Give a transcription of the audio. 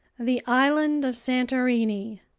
the island of santorini,